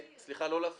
סליחה, לא להפריע.